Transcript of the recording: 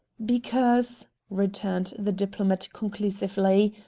because, returned the diplomat conclusively,